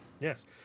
Yes